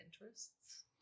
interests